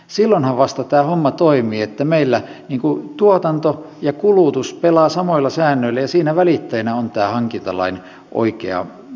silloinhan vasta tämä homma toimii kun meillä tuotanto ja kulutus pelaavat samoilla säännöillä ja siinä välittäjänä on tämä hankintalain oikea käyttö